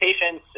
patience